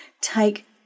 take